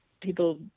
people